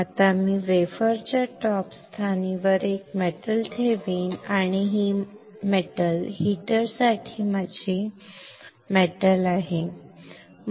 आता मी वेफरच्या टॉप स्थानी एक धातू ठेवीन आणि ही धातू हीटरसाठी माझी धातू आहे